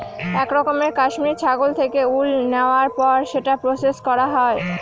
এক রকমের কাশ্মিরী ছাগল থেকে উল নেওয়ার পর সেটা প্রসেস করা হয়